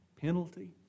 penalty